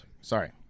Sorry